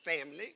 family